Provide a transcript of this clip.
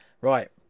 Right